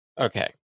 Okay